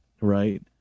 Right